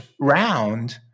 round